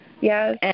Yes